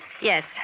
Yes